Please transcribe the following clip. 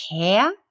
care